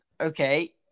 Okay